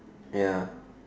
ya